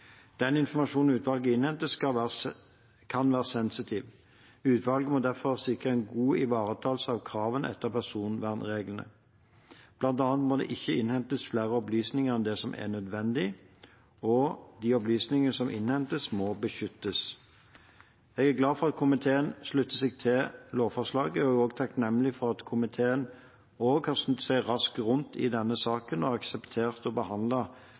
Den informasjonen utvalget innhenter, kan være sensitiv. Utvalget må derfor sikre en god ivaretakelse av kravene etter personvernreglene. Blant annet må det ikke innhentes flere opplysninger enn det som er nødvendig, og de opplysningene som innhentes, må beskyttes. Jeg er glad for at komiteen slutter seg til lovforslaget, og jeg er også takknemlig for at komiteen har snudd seg raskt rundt i denne saken og har akseptert